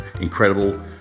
incredible